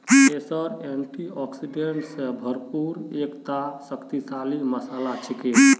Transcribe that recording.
केसर एंटीऑक्सीडेंट स भरपूर एकता शक्तिशाली मसाला छिके